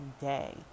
day